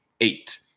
eight